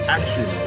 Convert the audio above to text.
Action